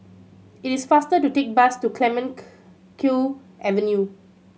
it is faster to take bus to Clemenceau Avenue